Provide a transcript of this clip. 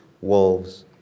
wolves